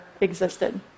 existed